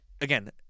again